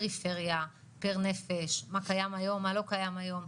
פריפריה, פר נפש, מה קיים היום ומה לא קיים היום.